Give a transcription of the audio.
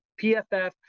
PFF